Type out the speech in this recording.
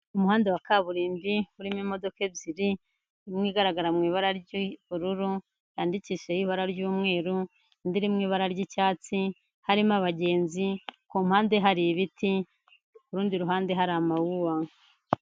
Umuhanda wa kaburimbo urimo imodoka ebyiri imwe igaragara mu ibara ry'ubururu yandikishijeho ibara ry'umweru, indi iri mu ibara ry'icyatsi harimo abagenzi ku mpande hari ibiti, ku rundi ruhande hari amawuwa.